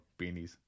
beanies